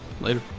later